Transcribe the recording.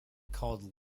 called